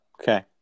Okay